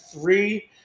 three